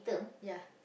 ya